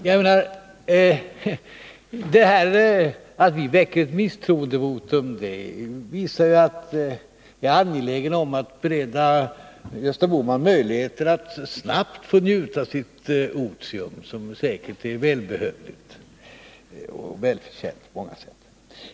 Det här förhållandet att vi väcker misstroendevotum visar att vi är angelägna om att bereda Gösta Bohman möjligheten att snabbt få njuta sitt otium, som säkert är välbehövligt och välförtjänt på många sätt.